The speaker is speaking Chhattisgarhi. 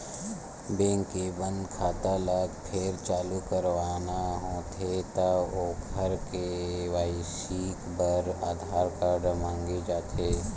बेंक के बंद खाता ल फेर चालू करवाना होथे त ओखर के.वाई.सी बर आधार कारड मांगे जाथे